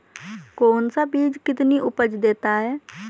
कौन सा बीज कितनी उपज देता है?